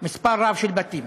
מספר רב של בתים.